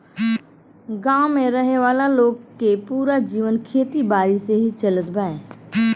गांव में रहे वाला लोग के पूरा जीवन खेती बारी से ही चलत बा